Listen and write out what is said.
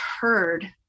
heard